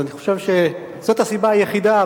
אני חושב שזאת הסיבה היחידה,